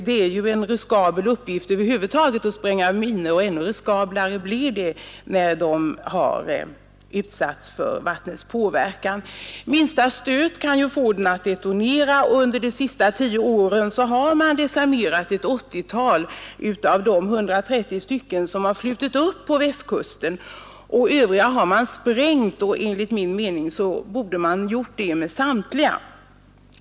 Det är ju en riskabel uppgift över huvud taget att desarmera minor, och ännu riskablare blir den, när minorna har utsatts för vattnets påverkan. Minsta stöt kan ju få en mina att detonera. Under de senaste tio åren har man desarmerat ett 80-tal av de 130 minor som har flutit upp på Västkusten. Övriga har man sprängt. Enligt min mening borde man ha gjort det med samtliga.